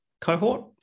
cohort